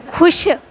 ਖੁਸ਼